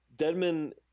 deadman